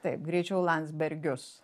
taip greičiau landsbergius